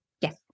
Yes